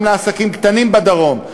גם לעסקים קטנים בדרום,